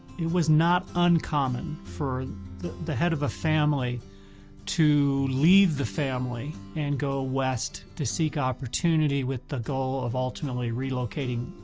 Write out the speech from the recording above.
it was not uncommon for the the head of a family to leave the family and go west to seek opportunity with the goal of ultimately relocating,